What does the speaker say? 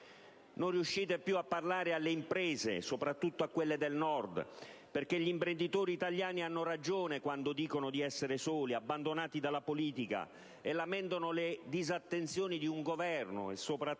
Non riuscite più a parlare alle imprese, soprattutto a quelle del Nord. Gli imprenditori italiani hanno ragione quando dicono di essere soli, abbandonati dalla politica, lamentando le disattenzioni di un Governo e, soprattutto,